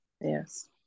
yes